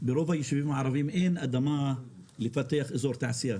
ברוב היישובים הערביים אין אדמה לפתח אזורי תעשייה.